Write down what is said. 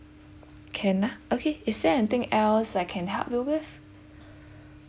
can ah okay is there anything else I can help you with